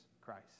Christ